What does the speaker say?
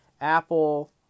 Apple